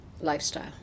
lifestyle